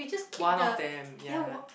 one of them ya